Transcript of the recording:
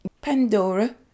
Pandora